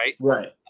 right